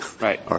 right